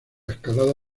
escalada